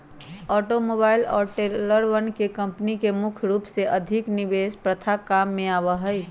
automobile और ट्रेलरवन के कम्पनी में मुख्य रूप से अधिक निवेश प्रथा काम में आवा हई